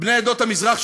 בני עדות המזרח,